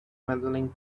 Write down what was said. medaling